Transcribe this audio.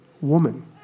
woman